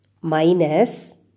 minus